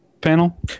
panel